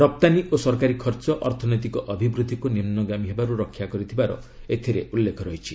ରପ୍ତାନୀ ଓ ସରକାରୀ ଖର୍ଚ୍ଚ ଅର୍ଥନୈତିକ ଅଭିବୃଦ୍ଧିକୁ ନିମ୍ନଗାମୀ ହେବାରୁ ରକ୍ଷା କରିଥିବାର ଏଥିରେ ଉଲ୍ଲେଖ ରହିଛି